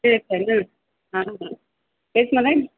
तेच आहे ना हा हा तेच ना